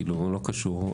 לא קשור.